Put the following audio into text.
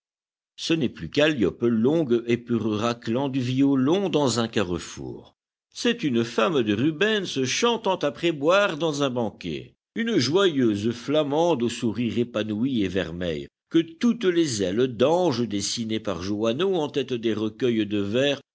ce n'est plus calliope longue et pure raclant du violon dans un carrefour c'est une femme de rubens chantant après boire dans un banquet une joyeuse flamande au sourire épanoui et vermeil que toutes les ailes d'ange dessinées par johannot en tête des recueils de vers